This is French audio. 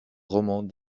romans